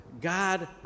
God